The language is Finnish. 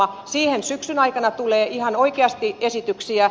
siihen syksyn aikana tulee ihan oikeasti esityksiä